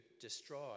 destroy